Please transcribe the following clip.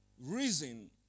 reason